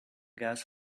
gas